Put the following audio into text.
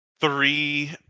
three